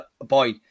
boy